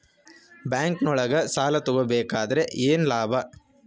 ಬ್ಯಾಂಕ್ನೊಳಗ್ ಸಾಲ ತಗೊಬೇಕಾದ್ರೆ ಏನ್ ಲಾಭ?